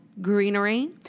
greenery